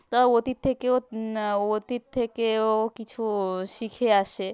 তারা অতীত থেকেও অতীত থেকেও কিছু শিখে আসে